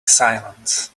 silence